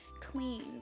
clean